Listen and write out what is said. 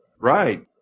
Right